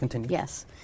Yes